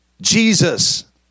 Jesus